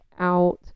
out